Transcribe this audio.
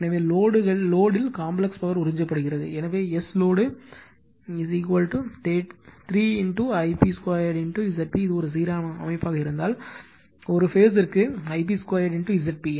எனவே லோடு ல் complex power உறிஞ்சப்படுகிறது எனவே S load 3 I p 2 Zp இது ஒரு சீரான அமைப்பாக இருந்தால் எனவே ஒரு பேஸ் ற்கு I p 2 Zp